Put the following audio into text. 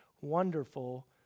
wonderful